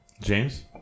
James